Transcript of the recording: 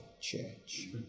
church